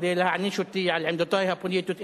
כדי להעניש אותי על עמדותי הפוליטיות,